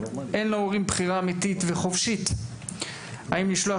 אין להורים בחירה אמיתית וחופשית אם לשלוח